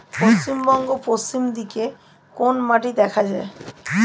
পশ্চিমবঙ্গ পশ্চিম দিকে কোন মাটি দেখা যায়?